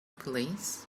police